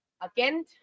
Again